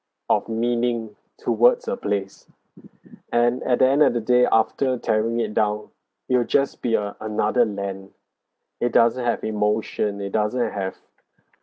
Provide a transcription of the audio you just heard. of meaning towards a place and at the end of the day after tearing it down it will just be a another land it doesn't have emotion it doesn't have